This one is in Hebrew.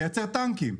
ייצור טנקים.